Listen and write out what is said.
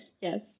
Yes